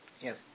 Yes